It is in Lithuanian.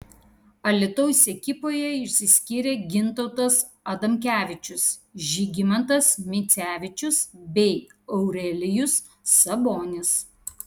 alytaus ekipoje išsiskyrė gintautas adamkevičius žygimantas micevičius bei aurelijus sabonis